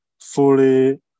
fully